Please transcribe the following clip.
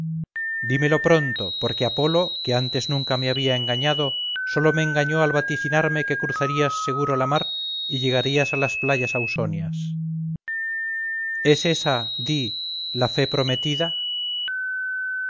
dímelo pronto porque apolo que antes nunca me había engañado sólo me engañó al vaticinarme que cruzarías seguro la mar y llegarías a las playas ausonias es esa di la fe prometida